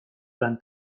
lan